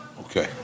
Okay